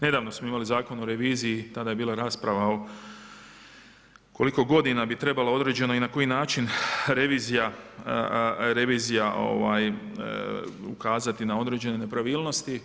Nedavno smo imali Zakon o reviziji, tada je bila rasprava o koliko godina bi trebala određena i na koji način revizija ukazati na određene nepravilnosti.